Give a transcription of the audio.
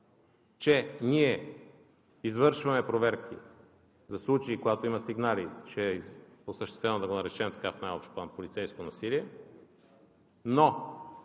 че ние извършваме проверки за случаи, когато има сигнали, че е осъществено, да го наречем в най-общ план полицейско насилие, но